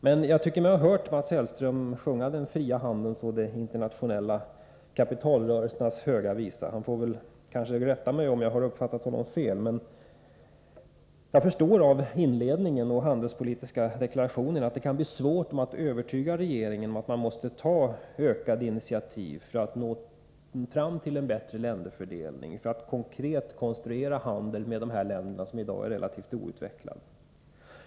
Men jag tycker mig ha hört Mats Hellström sjunga den fria handelns och de internationella kapitalrörelsernas höga visa — han får väl rätta mig om jag har uppfattat honom fel. Jag förstår av inledningen till den handelspolitiska deklarationen att det kan bli svårt att övertyga regeringen om att vi måste ta ökade initiativ för att nå fram till bättre länderfördelning, för att konkret konstruera en handel med dessa länder, en handel som i dag är relativt outvecklad.